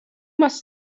must